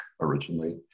originally